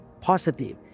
positive